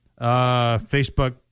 Facebook